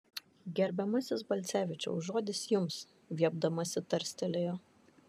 gerbiamasis balcevičiau žodis jums viepdamasi tarstelėjo